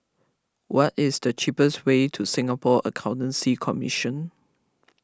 what is the cheapest way to Singapore Accountancy Commission